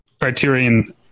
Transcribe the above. Criterion